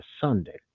Sunday